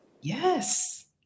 Yes